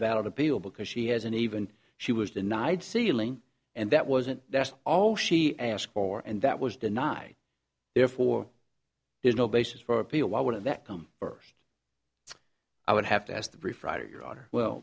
valid appeal because she hasn't even she was denied sealing and that wasn't that's all she asked for and that was denied therefore there's no basis for appeal why wouldn't that come first i would have to ask the